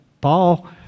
Paul